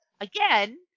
again